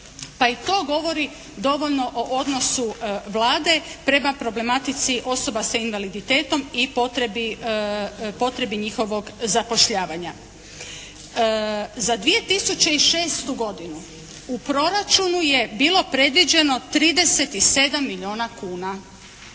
Pa i to govori dovoljno o odnosu Vlade prema problematici osoba sa invaliditetom i potrebi njihovog zapošljavanja. Za 2006. godinu u Proračunu je bilo predviđeno 37 milijuna kuna.